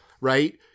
right